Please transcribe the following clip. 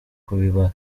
kubiba